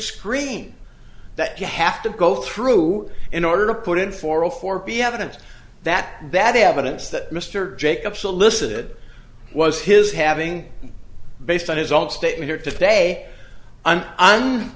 screen that you have to go through in order to put in four hundred four b evidence that that evidence that mr jacob solicited was his having based on his own statement today and i'm